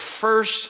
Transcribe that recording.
first